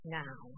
now